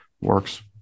works